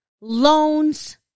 loans